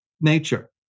nature